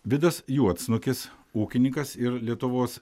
vidas juodsnukis ūkininkas ir lietuvos